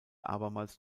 abermals